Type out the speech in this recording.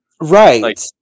Right